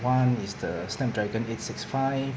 one is the snapdragon eight six five